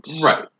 right